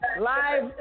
Live